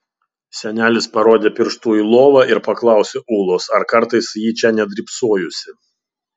senelis parodė pirštu į lovą ir paklausė ūlos ar kartais ji čia nedrybsojusi